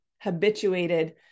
habituated